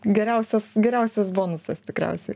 geriausias geriausias bonusas tikriausiai